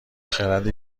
خرد